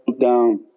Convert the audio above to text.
down